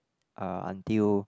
uh until